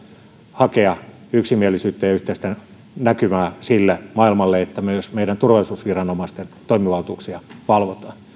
hakea yksimielisyyttä ja yhteistä näkymää sille maailmalle että myös meidän turvallisuusviranomaistemme toimivaltuuksia valvotaan